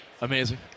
Amazing